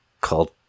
called